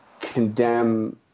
condemn